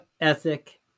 ethic